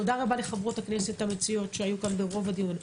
תודה רבה לחברות הכנסת המציעות שהיו כאן ברוב הדיון,